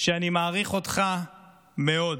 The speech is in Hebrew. ואני מעריך אותך מאוד,